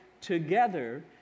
together